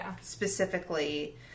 Specifically